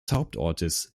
hauptortes